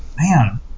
man